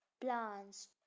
plants